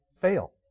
fail